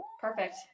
Perfect